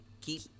Keep